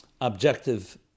objective